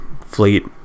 fleet